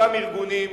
אותם ארגונים,